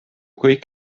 kõik